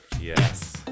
Yes